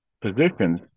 positions